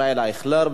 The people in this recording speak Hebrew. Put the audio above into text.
ישראל אייכלר.